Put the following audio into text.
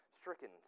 stricken